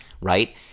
right